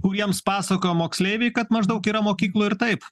kuriems pasakojo moksleiviai kad maždaug yra mokyklų ir taip